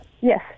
Yes